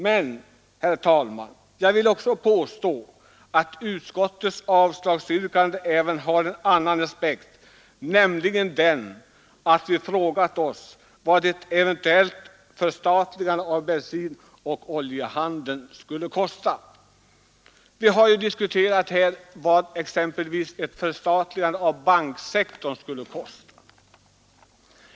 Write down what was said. Men utskottets avslagsyrkande har också en annan aspekt, nämligen den att vi har frågat oss vad ett eventuellt förstatligande av bensinoch oljehandeln skulle kosta. Vi har nyss diskuterat vad ett förstatligande av banksektorn skulle kosta.